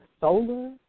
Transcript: solar